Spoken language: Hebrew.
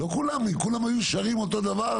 אם כולם היו שרים אותו דבר,